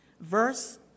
Verse